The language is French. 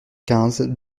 quinze